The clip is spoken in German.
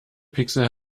pixel